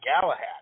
Galahad